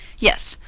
yes,